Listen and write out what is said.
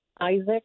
Isaac